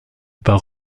par